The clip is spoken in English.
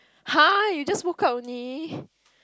[huh] you just woke up only